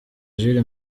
jules